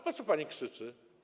Po co pani krzyczy?